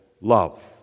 love